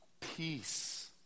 peace